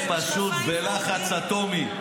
-- יש עתיד, הם פשוט בלחץ אטומי.